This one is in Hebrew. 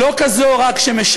לא רק כזו שמשנה